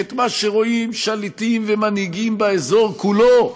שאת מה שרואים שליטים ומנהיגים באזור כולו,